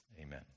Amen